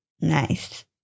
Nice